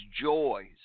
joys